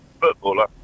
footballer